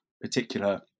particular